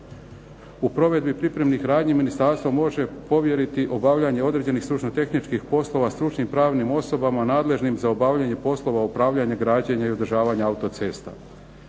U provedbi pripremnih radnji ministarstvo može povjeriti određenih stručno-tehničkih poslova stručnim pravnim osobama nadležnim za obavljanje poslova upravljanja, građenja i održavanja autocesta.